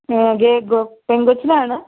ബാഗോ പെൺകൊച്ചിനാണ്